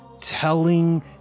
telling